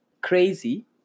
crazy